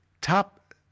top